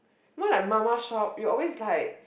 what my mama shop it always like